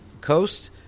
coast